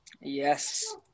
Yes